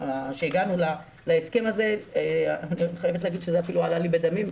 אני חייבת לומר שזה אפילו עלה לי בדמים,